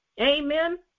Amen